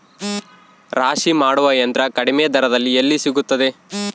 ರಾಶಿ ಮಾಡುವ ಯಂತ್ರ ಕಡಿಮೆ ದರದಲ್ಲಿ ಎಲ್ಲಿ ಸಿಗುತ್ತದೆ?